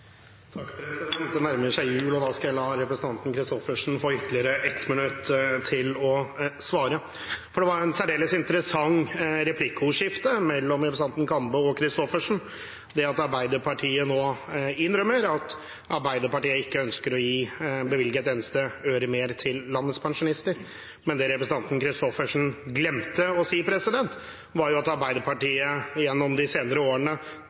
Det nærmer seg jul, så da skal jeg la representanten Christoffersen få ytterligere ett minutt til å svare. Det var et særdeles interessant replikkordskifte mellom representantene Kambe og Christoffersen – det at Arbeiderpartiet nå innrømmer at Arbeiderpartiet ikke ønsker å bevilge et eneste øre mer til landets pensjonister. Men det representanten Christoffersen glemte å si, var at Arbeiderpartiet gjennom de senere årene